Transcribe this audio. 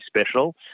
special